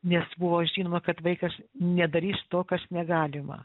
nes buvo žinoma kad vaikas nedarys to kas negalima